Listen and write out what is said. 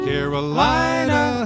Carolina